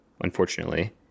unfortunately